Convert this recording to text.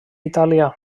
itàlia